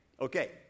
Okay